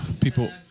people